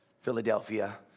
Philadelphia